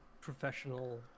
professional